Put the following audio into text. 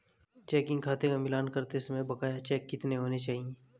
Checking खाते का मिलान करते समय बकाया चेक कितने होने चाहिए?